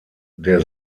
der